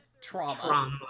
trauma